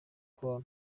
col